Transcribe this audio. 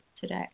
today